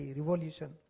revolution